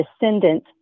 descendant